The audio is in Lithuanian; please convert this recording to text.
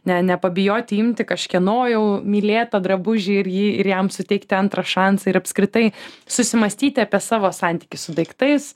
ne nepabijoti imti kažkieno jau mylėtą drabužį ir jį ir jam suteikti antrą šansą ir apskritai susimąstyti apie savo santykį su daiktais